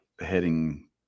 heading